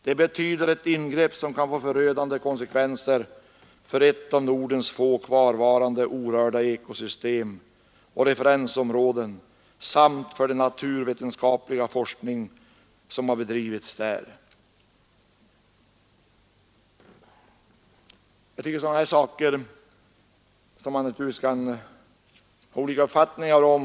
Det betyder ett ingrepp som kan få förödande konsekvenser för ett av Nordens få kvarvarande orörda ekosystem och referensområden samt för den naturvetenskapliga forskning som bedrivits där ———.” Sådana här saker kan man naturligtvis ha olika uppfattningar om.